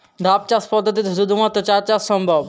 ধাপ চাষ পদ্ধতিতে শুধুমাত্র চা চাষ সম্ভব?